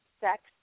sex